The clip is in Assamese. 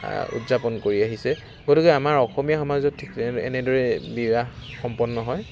উদযাপন কৰি আহিছে গতিকে আমাৰ অসমীয়া সমাজত ঠিক এনে এনেদৰে বিয়া সম্পন্ন হয়